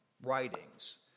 writings